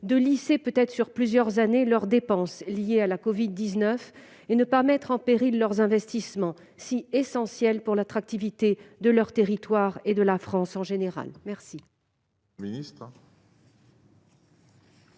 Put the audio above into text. de lisser, peut-être sur plusieurs années, leurs dépenses liées à la covid-19 et ne pas mettre en péril leurs investissements, si essentiels pour l'attractivité de leurs territoires et de la France en général ?